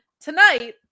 tonight